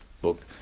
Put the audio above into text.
book